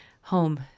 home